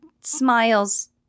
smiles